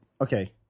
Okay